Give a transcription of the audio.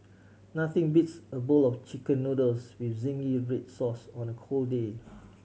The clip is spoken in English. nothing beats a bowl of Chicken Noodles with zingy red sauce on a cold day